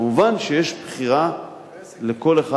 כמובן, יש בחירה לכל אחד.